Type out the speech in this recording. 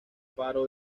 faro